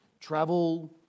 travel